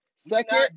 Second